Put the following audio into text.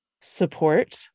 support